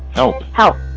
no. how?